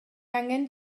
angen